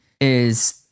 is-